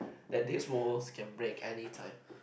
that this walls can break anytime